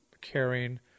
caring